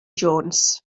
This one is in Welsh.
jones